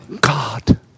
God